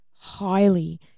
highly